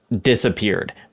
disappeared